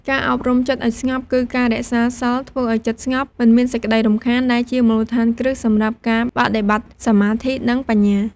ការអប់រំចិត្តឱ្យស្ងប់ គឺការរក្សាសីលធ្វើឱ្យចិត្តស្ងប់ មិនមានសេចក្ដីរំខាន ដែលជាមូលដ្ឋានគ្រឹះសម្រាប់ការបដិបត្តិសមាធិ និងបញ្ញា។